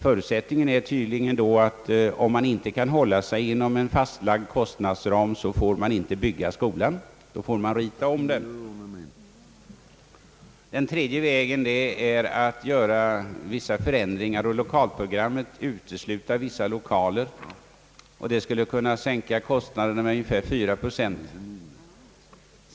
Den innebär emellertid att om en kommun inte kan hålla sig inom en fastlagd kostnadsram, den inte får bygga skolan utan är tvungen att rita om den. Den tredje motiveringen är att göra vissa förändringar i lokalprogrammet och därigenom utesluta vissa lokaler. Det skulle kunna sänka kostnaderna med ungefär 4 procent.